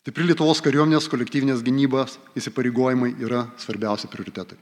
stipri lietuvos kariuomenės kolektyvinės gynyba įsipareigojimai yra svarbiausi prioritetai